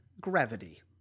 gravity